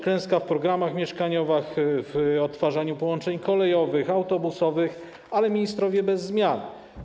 Klęska w programach mieszkaniowych, w odtwarzaniu połączeń kolejowych, autobusowych, ale ministrowie pozostają bez zmian.